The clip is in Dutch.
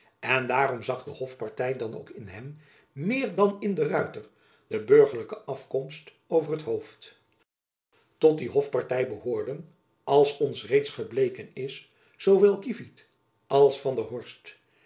en daarom zag de hofparty dan ook in hem meer dan in de ruyter de burgerlijke afkomst over t hoofd tot die hofparty behoorden als ons reeds gebleken is zoowel kievit als van der horst